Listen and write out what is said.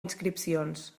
inscripcions